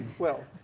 well,